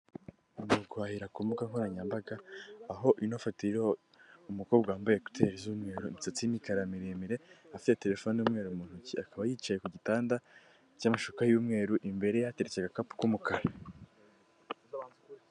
Ushobora guhahira ku mbuga nkoranyambaga, aho inafatiyeho umukobwa wambayegiteri z'umweru imisatsi n'imikara miremire afite telefone y'imweru mu ntoki akaba yicaye ku gitanda cy'amashuka y'umweru imbere hateretse agakapu k'umukara.